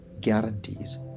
guarantees